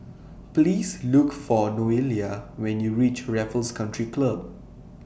Please Look For Noelia when YOU REACH Raffles Country Club